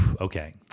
Okay